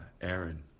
Aaron